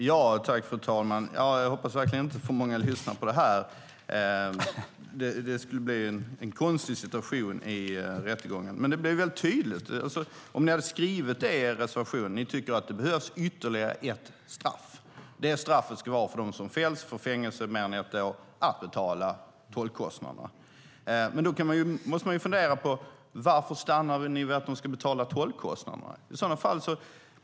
Fru talman! Jag hoppas verkligen inte att så många lyssnar på det här. Det skulle bli en konstig situation i rättegången. Ni hade kunnat skriva i er reservation att ni tycker att det behövs ytterligare ett straff. Det straffet ska vara att de som fälls till fängelse i mer än ett år ska betala tolkkostnaderna. Man kan fundera på varför ni stannar vid att de ska betala tolkkostnaderna.